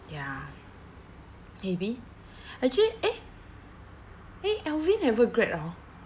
ya maybe actually eh eh alvin haven't grad hor